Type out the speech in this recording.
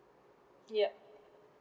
yup